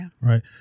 Right